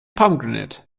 pomegranate